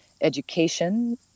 education